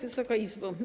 Wysoka Izbo!